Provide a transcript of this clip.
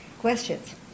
Questions